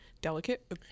delicate